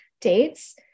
dates